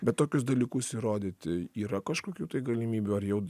bet tokius dalykus įrodyti yra kažkokių galimybių ar jau